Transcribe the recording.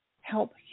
help